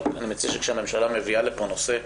אבל אני מציע שכשהממשלה מביאה לפה נושא,